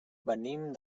venim